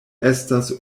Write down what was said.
estas